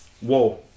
whoa